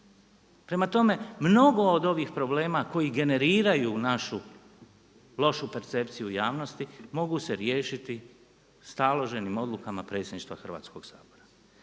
Prema tome, mnogo od ovih problema koji generiraju našu lošu percepciju javnosti mogu se riješiti staloženim odlukama predsjedništva Hrvatskoga sabora.